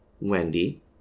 Wendy